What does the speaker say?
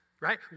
right